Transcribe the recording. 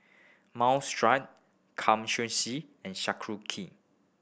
Minestrone Kamameshi and Sauerkraut